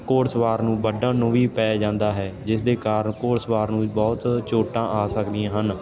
ਘੋੜਸਵਾਰ ਨੂੰ ਵੱਢਣ ਨੂੰ ਵੀ ਪੈ ਜਾਂਦਾ ਹੈ ਜਿਸ ਦੇ ਕਾਰਨ ਘੋੜਸਵਾਰ ਨੂੰ ਵੀ ਬਹੁਤ ਚੋਟਾਂ ਆ ਸਕਦੀਆਂ ਹਨ